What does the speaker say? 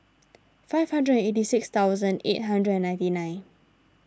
five hundred and eighty six thousand eight hundred and ninety nine